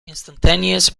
instantaneous